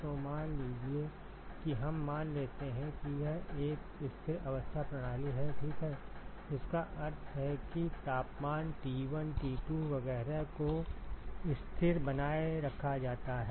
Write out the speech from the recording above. तो मान लीजिए कि हम मान लेते हैं कि यह एक स्थिर अवस्था प्रणाली है ठीक है जिसका अर्थ है कि तापमान T1 T2 वगैरह को स्थिर बनाए रखा जाता है